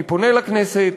אני פונה אל הכנסת,